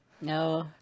No